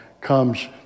comes